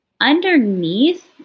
underneath